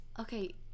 okay